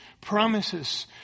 promises